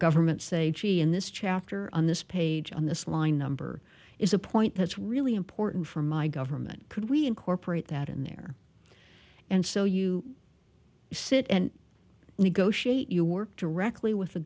government say in this chapter on this page on this line number is a point that's really important for my government could we incorporate that in there and so you sit and negotiate you work directly with the